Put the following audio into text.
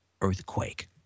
earthquake